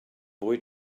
boy